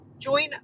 Join